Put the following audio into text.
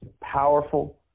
Powerful